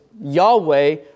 Yahweh